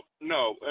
no